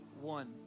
one